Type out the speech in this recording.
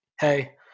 hey